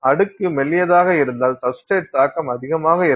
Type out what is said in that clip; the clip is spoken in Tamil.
அடுக்கு மெல்லியதாக இருந்தால் சப்ஸ்டிரேட் தாக்கம் அதிகமாக இருக்கும்